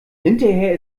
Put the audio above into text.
hinterher